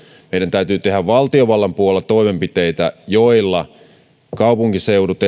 täytyy tehdä valtiovallan puolella toimenpiteitä joilla erityisesti kaupunkiseudut